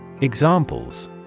Examples